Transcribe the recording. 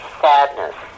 sadness